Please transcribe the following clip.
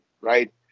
right